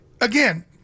again